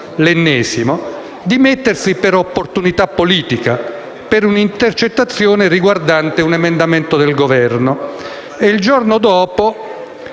l'ennesimo, dimettersi per opportunità politica a seguito di un'intercettazione riguardante un emendamento del Governo; il giorno dopo